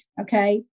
okay